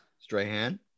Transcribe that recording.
Strahan